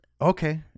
okay